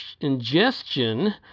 Ingestion